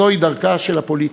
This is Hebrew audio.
זוהי דרכה של הפוליטיקה.